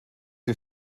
are